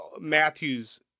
Matthews